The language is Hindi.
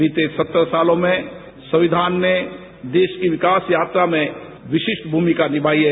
बीते सत्तर सालों में संविधान में देश के विकास यात्रा में विशिष्ट भूमिका निभाई है